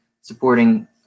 supporting